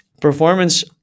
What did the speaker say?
performance